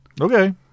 okay